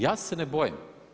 Ja se ne bojim.